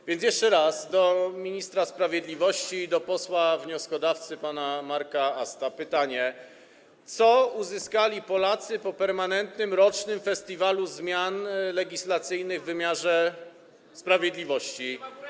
A więc jeszcze raz do ministra sprawiedliwości i do posła wnioskodawcy pana Marka Asta mam pytanie: Co uzyskali Polacy po permanentnym rocznym festiwalu zmian legislacyjnych w wymiarze sprawiedliwości?